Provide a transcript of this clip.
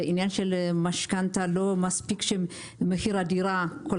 העניין של משכנתה לא מספיק שמחיר הדירה כל